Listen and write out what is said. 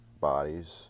...bodies